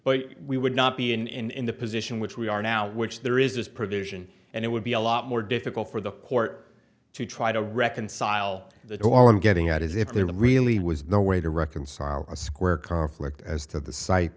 but we would not be in the position which we are now which there is this provision and it would be a lot more difficult for the court to try to reconcile that all i'm getting at is if there really was no way to reconcile a square conflict as to the site